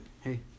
Hey